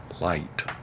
Light